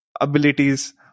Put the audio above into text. abilities